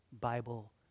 Bible